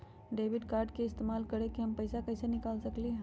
Debit card के इस्तेमाल करके हम पैईसा कईसे निकाल सकलि ह?